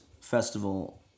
festival